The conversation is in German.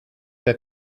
der